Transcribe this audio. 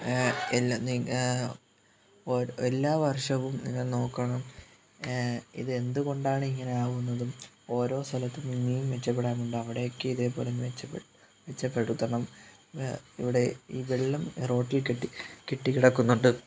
എല്ലാ നിങ്ങൾ എല്ലാ വർഷവും നിങ്ങൾ നോക്കണം ഇത് എന്തുകൊണ്ടാണ് ഇങ്ങനെ ആവുന്നതും ഓരോ സ്ഥലത്തും ഇനിയും മെച്ചപ്പെടാൻ ഉണ്ട് അവിടെയൊക്കെ ഇതേപോലെ മെച്ചപ്പെടുത്തണം ഇവിടെ ഈ വെള്ളം റോട്ടിൽ കെട്ടി കെട്ടിക്കിടക്കുന്നുണ്ട്